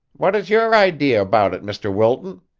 what is your idea about it, mr. wilton?